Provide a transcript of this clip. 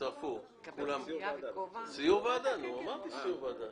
גם לנו יש ניסיון.